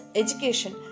education